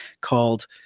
called –